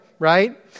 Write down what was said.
right